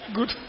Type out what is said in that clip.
Good